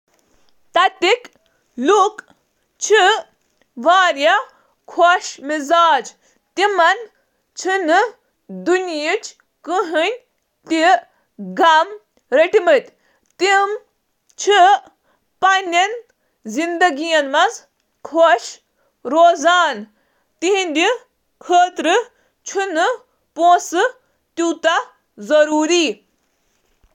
امریکی چِھ پننہٕ آزٲدی تہٕ آزٲدی پننین شرطن پیٹھ پننہٕ پانٹھ زندگی گزارنک فیصلن ہنٛد لحاظ سۭتۍ اہمیت دیوان۔ آزٲدی، مساوات، انفرادیت، محنت، تہٕ جدت ہِش اہم اقدار چِھ امریکی زندگی ہنٛز کلید ۔